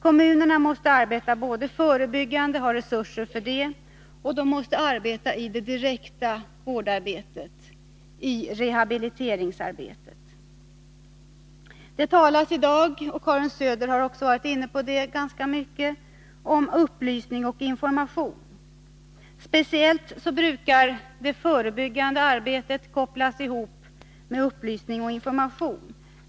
Kommunerna måste både arbeta förebyggande och delta i det direkta vårdoch rehabiliteringsarbetet. Det talas i dag — Karin Söder var inne på det —- ganska mycket om upplysning och information. Speciellt brukar det förebyggande arbetet kopplas ihop med upplysning och information.